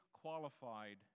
qualified